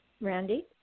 Randy